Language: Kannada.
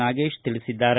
ನಾಗೇಶ್ ತಿಳಿಸಿದ್ದಾರೆ